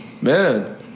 Man